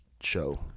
show